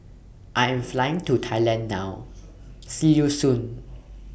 I Am Flying to Thailand now See YOU Soon